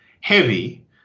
heavy